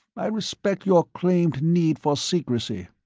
i respect your claimed need for secrecy.